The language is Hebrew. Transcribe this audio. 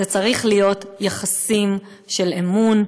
זה צריך להיות יחסים של אמון,